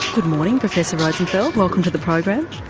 good morning, professor rosenfeld, welcome to the program.